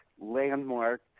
landmark